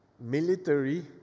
military